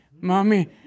mommy